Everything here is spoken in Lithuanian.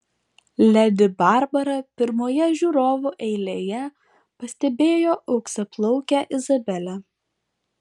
ledi barbara pirmoje žiūrovų eilėje pastebėjo auksaplaukę izabelę